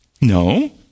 No